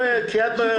המדינה.